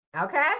Okay